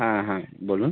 হ্যাঁ হ্যাঁ বলুন